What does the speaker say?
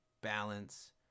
balance